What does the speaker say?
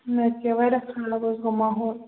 نَتہٕ کیاہ واریاہ خراب حظ گوٚو ماحول